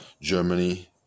Germany